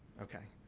okay.